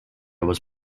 was